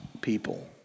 people